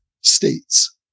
states